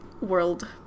world